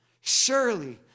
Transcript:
Surely